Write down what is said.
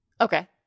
okay